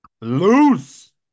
loose